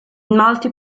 multi